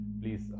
please